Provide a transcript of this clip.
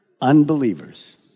unbelievers